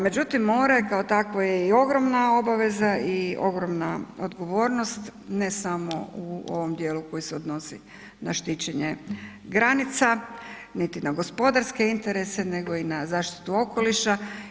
Međutim, more kao takvo je i ogromna obaveza i ogromna odgovornost, ne samo u ovom dijelu koji se odnosi na štićenje granica niti na gospodarske interese nego i na zaštitu okoliša.